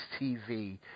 TV